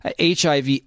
HIV